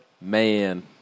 man